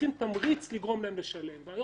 מספר תשלומים באופן אקטיבי,